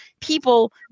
people